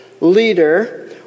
leader